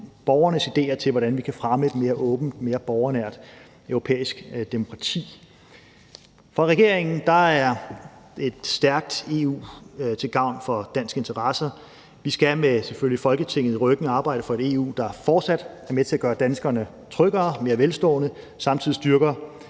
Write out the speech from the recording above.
borgernes ideer til, hvordan vi kan fremme et mere åbent og mere borgernært europæisk demokrati. For regeringen er et stærkt EU til gavn for danske interesser. Vi skal, selvfølgelig med Folketinget i ryggen, arbejde for et EU, der fortsat er med til at gøre danskerne tryggere, mere velstående, og som samtidig styrker